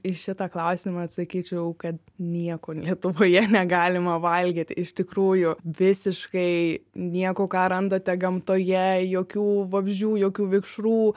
į šitą klausimą atsakyčiau kad nieko lietuvoje negalima valgyti iš tikrųjų visiškai nieko ką randate gamtoje jokių vabzdžių jokių vikšrų